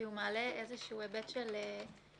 כי הוא מעלה איזשהו היבט של הגנת